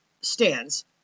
stands